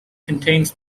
contains